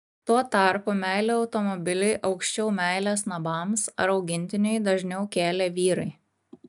tuo tarpu meilę automobiliui aukščiau meilės namams ar augintiniui dažniau kėlė vyrai